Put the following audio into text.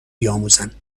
بیاموزند